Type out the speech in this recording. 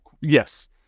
Yes